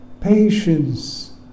patience